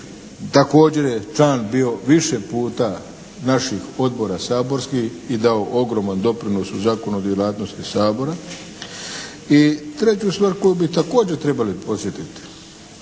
Također je član bio više puta naših odbora saborskih i dao ogroman doprinos u zakonodavnoj djelatnosti Sabora. I treću stvar koju bi također trebali podsjetiti.